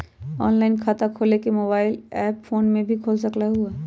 Online खाता खोले के मोबाइल ऐप फोन में भी खोल सकलहु ह?